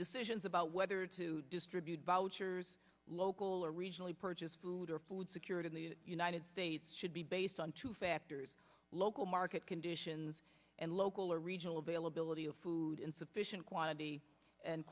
decisions about whether to distribute vouchers local originally purchased food or food security in the united states should be based on two factors local market conditions and local or regional availability of food in sufficient quantity and